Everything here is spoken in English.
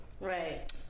Right